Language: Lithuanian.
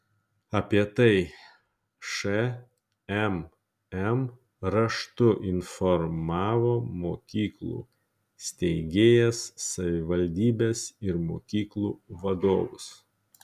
apie tai šmm raštu informavo mokyklų steigėjas savivaldybes ir mokyklų vadovus